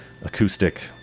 acoustic